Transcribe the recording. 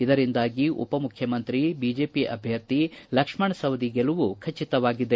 ಇದರಿಂದಾಗಿ ಉಪಮುಖ್ಯಮಂತ್ರಿ ಬಿಜೆಪಿ ಅಭ್ವರ್ಥಿ ಲಕ್ಷ್ಮಣ್ ಸವದಿ ಗೆಲುವು ಖಚಿತವಾಗಿದೆ